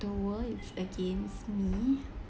the world is against me